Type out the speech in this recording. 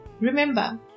Remember